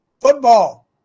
football